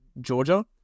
Georgia